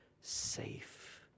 safe